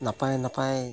ᱱᱟᱯᱟᱭ ᱱᱟᱯᱟᱭ